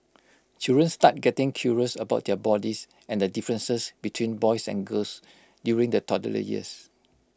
children start getting curious about their bodies and the differences between boys and girls during the toddler years